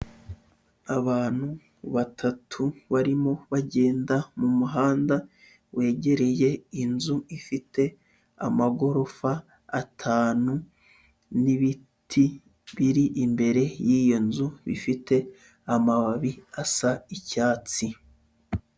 Abantu batatu barimo bagenda mu muhanda wegereye inzu ifite amagorofa atanu n'ibiti biri imbere yiyo nzu, bifite amababi asa icyatsi.